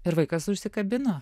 ir vaikas užsikabino